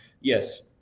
yes